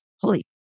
Holy